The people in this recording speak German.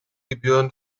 gebühren